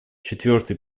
четвертый